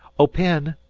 oh, penn,